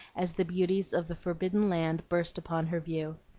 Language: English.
as the beauties of the forbidden land burst upon her view.